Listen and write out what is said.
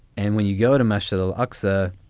and when you go to mashallah, luxor.